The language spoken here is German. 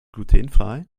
glutenfrei